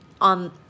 on